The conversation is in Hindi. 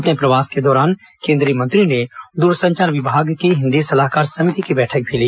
अपने प्रवास के दौरान केन्द्रीय मंत्री ने दूरसंचार विभाग की हिंदी सलाहकार समिति की बैठक भी ली